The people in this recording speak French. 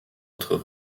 autres